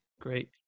great